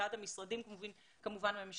וכמובן עד המשרדים הממשלתיים.